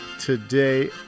today